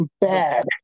bad